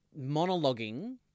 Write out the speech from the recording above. monologuing